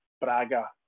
Braga